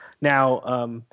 Now